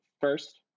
first